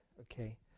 Okay